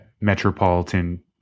metropolitan